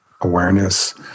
awareness